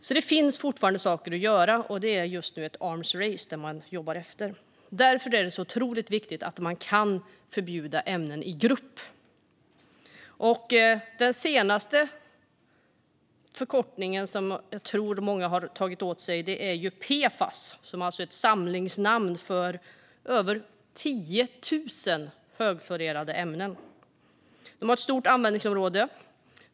Det finns alltså fortfarande saker att göra. Just nu kan man tala om att man jobbar i ett arms race. Därför är det otroligt viktigt att kunna förbjuda ämnen i grupp. Den senaste förkortning som jag tror att många har hört talas om är PFAS. Det är ett samlingsnamn för över 10 000 högfluorerade ämnen. De har ett stort användningsområde.